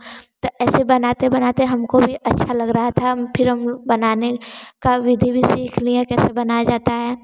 ऐसे बनाते बनाते हमको भी अच्छा लग रहा था फिर हम बनाने का विधि भी सीख लिए कैसे बनाया जाता है